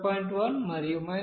1 మరియు 0